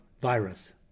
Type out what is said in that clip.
virus